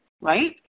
right